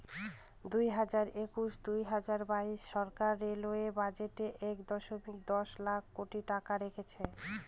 দুই হাজার একুশ দুই হাজার বাইশ সরকার রেলওয়ে বাজেটে এক দশমিক দশ লক্ষ কোটি টাকা রেখেছে